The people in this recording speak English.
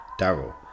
Daryl